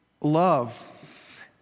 Love